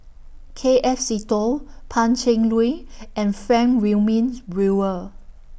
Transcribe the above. K F Seetoh Pan Cheng Lui and Frank Wilmin's Brewer